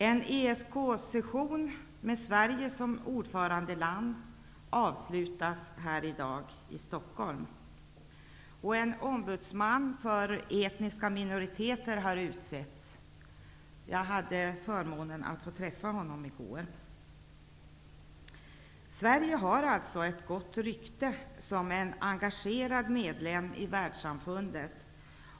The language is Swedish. En ESK-session med Sverige som ordförandeland avslutas här i Stockholm i dag. En ombudsman för etniska minoriteter har utsetts. Jag hade förmånen att få träffa honom i går. Sverige har alltså ett gott rykte som en engagerad medlem i världssamfundet.